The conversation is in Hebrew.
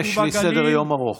יש לי סדר-יום ארוך.